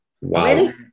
Wow